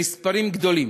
במספרים גדולים.